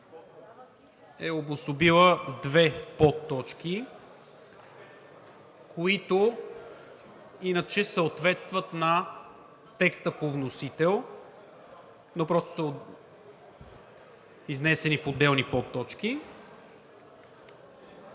са обособени две подточки, които иначе съответстват на текста по вносител, но са изнесени в отделни подточки.